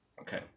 Okay